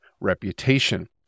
reputation